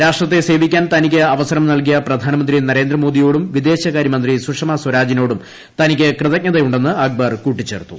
രാഷ്ട്രത്തെ സേവിക്കാൻ തനിക്ക് അവസരം നൽകിയ പ്രധാനമന്ത്രി നരേന്ദ്രമോദിയോടും വിദേശകാര്യമന്ത്രി സുഷമ സ്വരാജിനോടും തനിക്ക് കൃതജ്ഞതയുണ്ടെന്ന് അക്ബർ കൂട്ടിച്ചേർത്തു